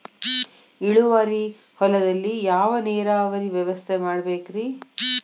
ಇಳುವಾರಿ ಹೊಲದಲ್ಲಿ ಯಾವ ನೇರಾವರಿ ವ್ಯವಸ್ಥೆ ಮಾಡಬೇಕ್ ರೇ?